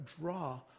draw